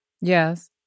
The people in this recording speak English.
Yes